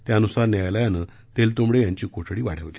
त्यानुसार न्यायालयानं तेलतूंबड़े यांची कोठडी वाढवली